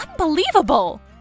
Unbelievable